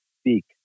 speak